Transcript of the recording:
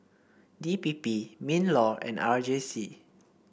D P P Minlaw and R J C